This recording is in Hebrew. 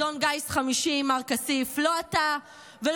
אדון גיס חמישי מר כסיף: לא אתה ולא